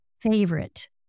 favorite